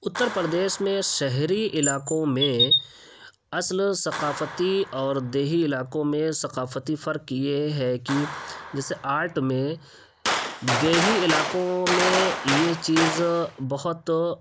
اتّر پردیش میں شہری علاقوں میں اصل ثقافتی اور دیہی علاقوں میں ثقافتی فرق یہ ہے کہ جیسے آرٹ میں دیہی علاقوں میں یہ چیز بہت